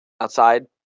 outside